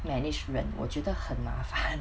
manage 人我觉得很麻烦